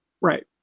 right